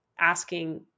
asking